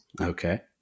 okay